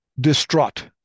distraught